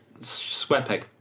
SquarePeg